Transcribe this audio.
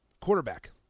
Quarterback